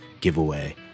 giveaway